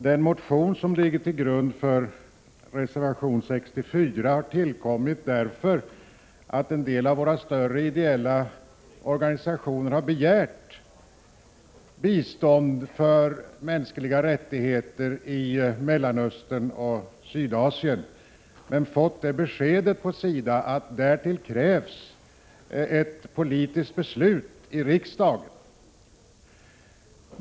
Den motion som ligger till grund för reservation 64 har tillkommit därför att en del av våra större ideella organisationer har begärt bistånd för mänskliga rättigheter i Mellanöstern och Sydasien men fått det beskedet från SIDA att därtill krävs ett politiskt beslut i riksdagen.